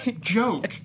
joke